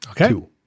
Okay